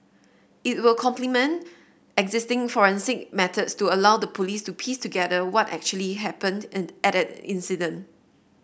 it will complement existing forensic methods to allow the Police to piece together what actually happened end at an incident